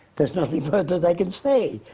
there's nothing further they can say.